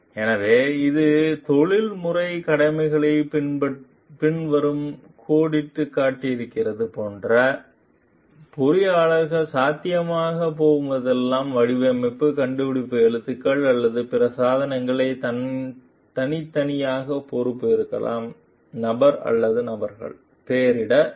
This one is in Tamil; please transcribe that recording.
எனவே அது தொழில்முறை கடமைகளை பின்வரும் கோடிட்டுக்காட்டுகிறது போன்ற பொறியாளர்கள் சாத்தியமான போதெல்லாம் வடிவமைப்பு கண்டுபிடிப்புகள் எழுத்துக்கள் அல்லது பிற சாதனைகள் தனித்தனியாக பொறுப்பு இருக்கலாம் நபர் அல்லது நபர்கள் பெயரிட வேண்டும்